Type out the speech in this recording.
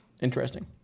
Interesting